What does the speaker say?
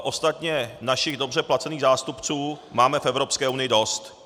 Ostatně našich dobře placených zástupců máme v Evropské unii dost.